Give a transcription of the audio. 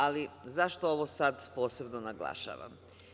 Ali, zašto ovo sada posebno naglašavam?